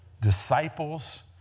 Disciples